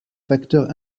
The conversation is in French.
facteur